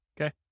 Okay